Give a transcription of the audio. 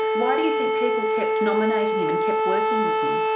why did you think people kept nominating him and kept working with him?